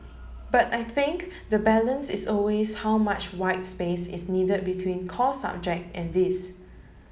but I think the balance is always how much white space is needed between core subject and this